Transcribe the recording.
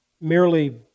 merely